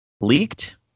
Leaked